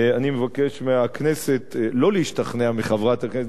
אני מבקש מהכנסת שלא להשתכנע מחברת הכנסת